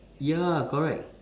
ya correct